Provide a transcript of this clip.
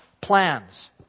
plans